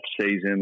season